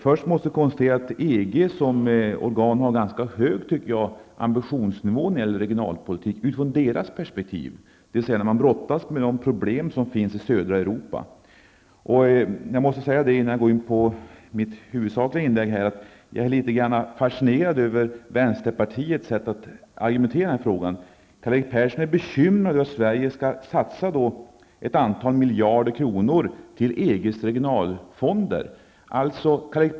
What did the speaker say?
Först måste jag konstatera att EG som organ utifrån sitt perspektiv har en ganska hög ambitionsnivå när det gäller regionalpolitiken. Man har ju inom EG att brottas med de problem som finns i södra Europa. Innan jag går in på mitt huvudsakliga inlägg måste jag säga att jag är litet fascinerad över vänsterpartiets sätt att argumentera i den här frågan. Karl-Erik Persson är bekymrad över att Sverige skall satsa ett antal miljarder kronor till EGs regionalfonder.